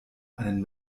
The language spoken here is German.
einen